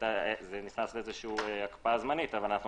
נכנס להקפאה זמנית ואנחנו